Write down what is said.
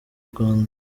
rwanda